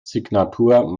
signatur